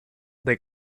they